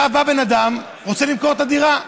בא בן אדם, רוצה למכור את הדירה,